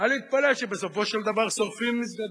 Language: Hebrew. אל יתפלא שבסופו של דבר שורפים מסגדים.